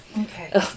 Okay